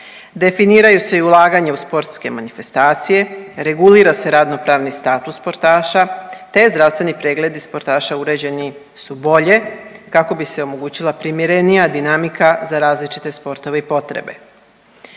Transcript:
Definiraju se i ulaganje u sportske manifestacije, regulira se radno pravni status sportaša te zdravstveni pregledi sportaša uređeni su bolje kako bi se omogućila primjerenija dinamika za različite sportove i potrebe.